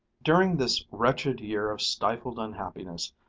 during this wretched year of stifled unhappiness,